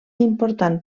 important